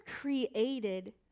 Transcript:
created